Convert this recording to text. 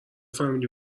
فهمیدی